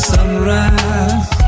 Sunrise